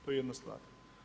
To je jedna stvar.